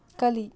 ಕಲಿ